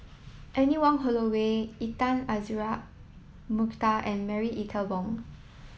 Anne Wong Holloway Intan Azura Mokhtar and Marie Ethel Bong